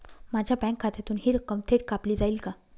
माझ्या बँक खात्यातून हि रक्कम थेट कापली जाईल का?